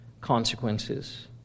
consequences